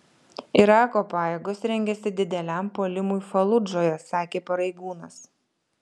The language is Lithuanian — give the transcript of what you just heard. irako pajėgos rengiasi dideliam puolimui faludžoje sakė pareigūnas